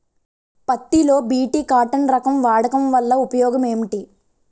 పత్తి లో BT cotton రకం వాడకం వల్ల ఉపయోగం ఏమిటి?